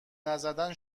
نزدن